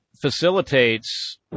facilitates